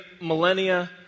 millennia